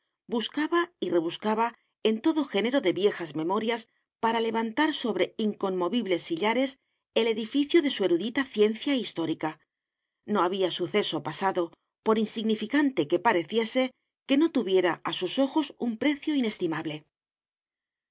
buscaba y rebuscaba en todo género de viejas memorias para levantar sobre inconmovibles sillares el edificio de su erudita ciencia histórica no había suceso pasado por insignificante que pareciese que no tuviera a sus ojos un precio inestimable sabía